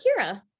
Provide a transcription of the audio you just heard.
Kira